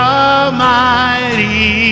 almighty